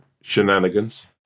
shenanigans